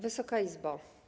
Wysoka Izbo!